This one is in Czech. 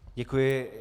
Děkuji.